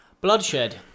Bloodshed